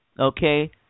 Okay